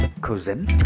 cousin